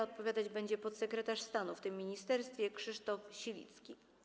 Odpowiadać będzie podsekretarz stanu w tym ministerstwie pan Krzysztof Silicki.